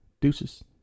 deuces